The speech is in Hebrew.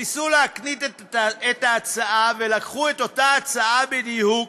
ניסו להקניט את ההצעה ולקחו את אותה הצעה בדיוק,